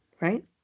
right